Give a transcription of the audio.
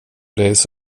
days